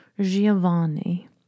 Giovanni